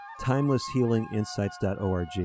timelesshealinginsights.org